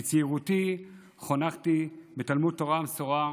בצעירותי חונכתי בתלמוד תורה ומסורה,